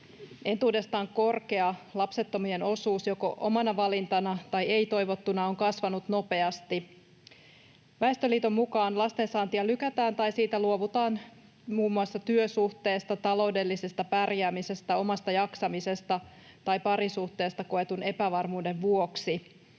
Entuudestaan korkea lapsettomien osuus joko omana tai ei-toivottuna valintana on kasvanut nopeasti. Väestöliiton mukaan lastensaantia lykätään tai siitä luovutaan johtuen muun muassa työsuhteesta, taloudellisesta pärjäämisestä, omasta jaksamisesta tai parisuhteesta koetun epävarmuuden vuoksi.